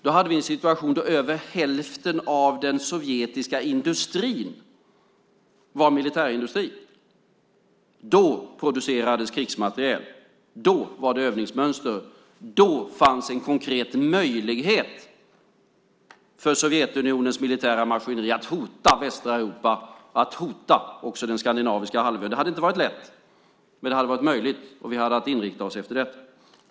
Då hade vi en situation där över hälften av den sovjetiska industrin var militärindustri. Då producerades krigsmateriel. Då var det övningsmönster. Då fanns en konkret möjlighet för Sovjetunionens militära maskineri att hota västra Europa och att hota också den skandinaviska halvön. Det hade inte varit lätt. Men det hade varit möjligt, och vi hade haft att inrätta oss efter detta.